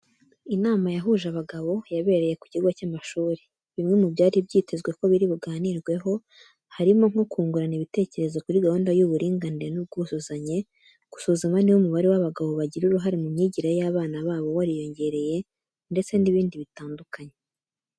Inama yahuje abagabo yabereye ku kigo cy'amashuri. Bimwe mu byari byitezwe ko biri buganirweho harimo nko kungurana ibitekerezo kuri gahunda y'uburinganire n'ubwuzuzanye, gusuzuma niba umubare w'abagabo bagira uruhare mu myigire y'abana babo wariyongereye, ndetse n'ibindi bitandukanye.